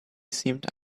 seemed